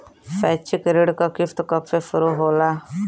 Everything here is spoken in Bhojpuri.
शैक्षिक ऋण क किस्त कब से शुरू होला?